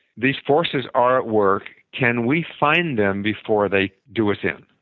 these forces are at work can we find them before they do us in?